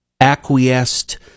Acquiesced